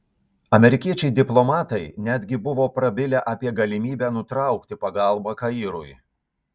amerikiečiai diplomatai netgi buvo prabilę apie galimybę nutraukti pagalbą kairui